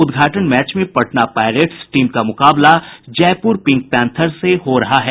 उद्घाटन मैच में Patna Pirates team का मुकाबला जयपुर पिंक पैंथर से हो रहा है